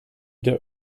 der